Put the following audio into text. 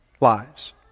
lives